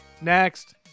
Next